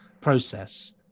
process